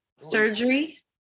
surgery